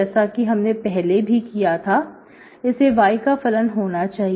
जैसा कि हमने पहले भी किया था इसे y का फलन होना चाहिए